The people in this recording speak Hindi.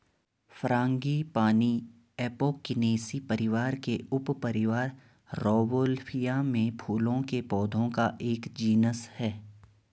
फ्रांगीपानी एपोकिनेसी परिवार के उपपरिवार रौवोल्फिया में फूलों के पौधों का एक जीनस है